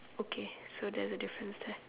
okay so there's a difference there